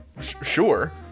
Sure